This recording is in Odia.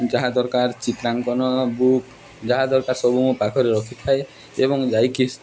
ଯାହା ଦରକାର ଚିତ୍ରାଙ୍କନ ବୁକ୍ ଯାହା ଦରକାର ସବୁ ମୋ ପାଖରେ ରଖିଥାଏ ଏବଂ ଯାଇକି